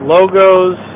Logos